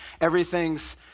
everything's